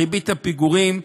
ריבית הפיגורים,